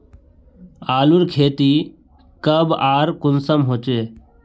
आलूर खेती कब आर कुंसम होचे?